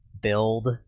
build